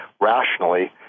rationally